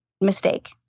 mistake